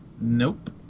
Nope